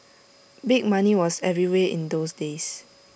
big money was everywhere in those days